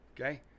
Okay